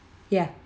yeah